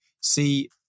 See